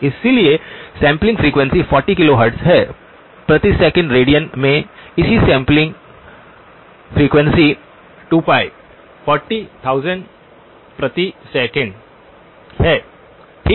इसलिए sampling frequency 40 kilohertz है प्रति सेकंड रेडियन में इसी सैंपलिंग फ्रीक्वेंसी 2π 40000 प्रति सेकंड है ठीक